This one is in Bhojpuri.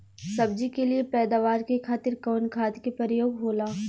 सब्जी के लिए पैदावार के खातिर कवन खाद के प्रयोग होला?